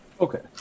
okay